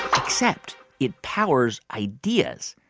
except it powers ideas.